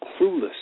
clueless